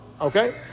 Okay